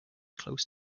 close